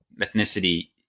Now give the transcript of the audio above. ethnicity